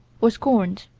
or scorned,